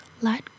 let